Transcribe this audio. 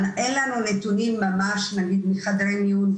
אין לנו נתונים ממש נגיד מחדרי מיון,